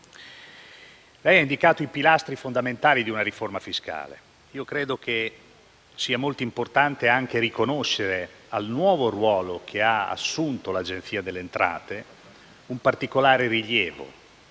Ha indicato i pilastri fondamentali di una riforma fiscale e credo che sia molto importante anche riconoscere al nuovo ruolo che ha assunto l'Agenzia delle entrate un particolare rilievo,